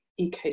ecosystem